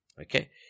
Okay